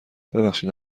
ببخشید